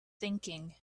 thinking